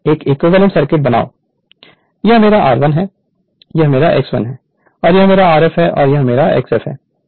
एक equivalent circuit बनाओ यह मेरा r1 है यह मेरा x1 है और यह मेरा Rf है और यह मेरा xf है